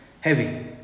Heavy